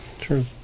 true